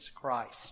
Christ